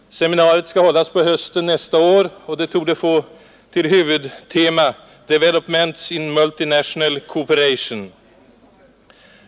Seminariet skall hållas på hösten nästa år och torde få till huvudtema ”Developments in multinational cooperation”.